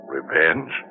Revenge